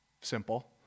simple